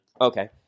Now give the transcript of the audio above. Okay